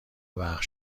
وقت